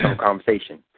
conversation